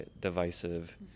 divisive